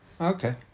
Okay